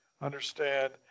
understand